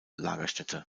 lagerstätte